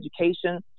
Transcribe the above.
education